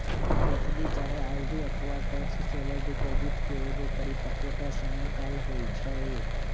FD चाहे RD अथवा tax saver deposit के एगो परिपक्वता समय काल होइ छइ